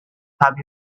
have